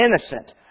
innocent